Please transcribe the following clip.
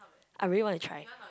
I really want to try